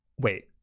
Wait